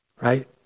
Right